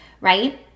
right